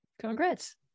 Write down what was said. Congrats